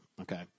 okay